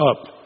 up